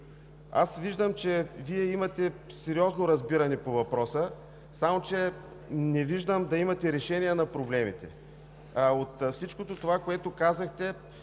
Виждам, че Вие имате сериозно разбиране по въпроса, само че не виждам да имате решение на проблемите. От всичко това, което казахте,